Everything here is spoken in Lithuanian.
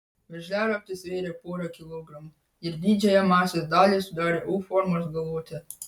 veržliaraktis svėrė porą kilogramų ir didžiąją masės dalį sudarė u formos galvutė